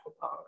power